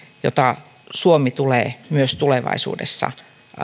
jota suomi tulee myös tulevaisuudessa